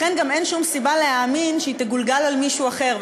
לכן גם אין שום סיבה להאמין שהיא תגולגל על מישהו אחר.